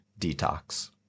Detox